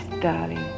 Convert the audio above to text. darling